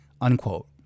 unquote